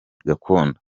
gakondo